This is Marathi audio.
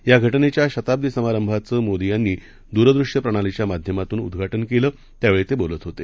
याघटनेच्याशताब्दीसमारंभाचंमोदीयांनीदूरदृश्यप्रणालीच्यामाध्यमातूनउद्घाटनकेलं त्यावेळीतेबोलतहोते